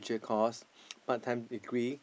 the cause part time degree